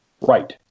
right